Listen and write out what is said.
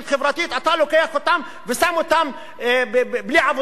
אתה לוקח אותם ושם אותם בלי עבודה בעצם.